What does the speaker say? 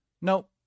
Nope